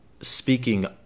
speaking